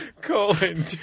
Colin